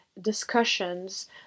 discussions